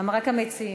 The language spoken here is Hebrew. הם רק המציעים.